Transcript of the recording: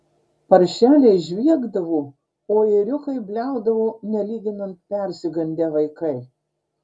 paršeliai žviegdavo o ėriukai bliaudavo nelyginant persigandę vaikai